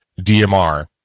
dmr